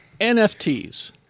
NFTs